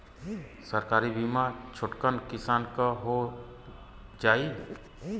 सरकारी बीमा छोटकन किसान क हो जाई?